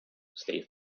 stays